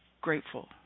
grateful